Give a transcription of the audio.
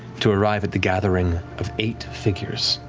to arrive at the gathering of eight figures,